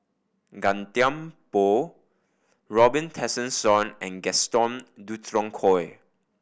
Gan Thiam Poh Robin Tessensohn and Gaston Dutronquoy